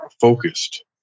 focused